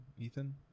Ethan